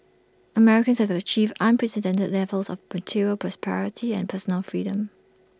Americans have achieved unprecedented levels of material prosperity and personal freedom